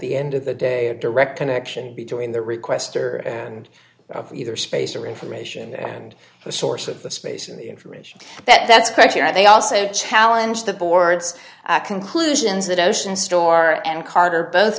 the end of the day a direct connection between the requestor and either space or information and the source of the space in the information that's correct here they also challenge the board's conclusions that ocean store and carter both